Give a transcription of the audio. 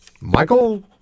Michael